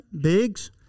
Biggs